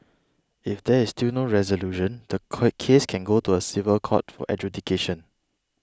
if there is still no resolution the quake case can go to a civil court for adjudication